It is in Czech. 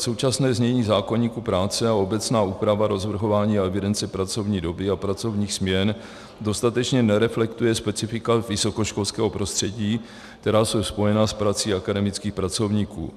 Současné znění zákoníku práce a obecná úprava rozvrhování a evidence pracovní doby a pracovních směn dostatečně nereflektuje specifika vysokoškolského prostředí, která jsou spojená s prací akademických pracovníků.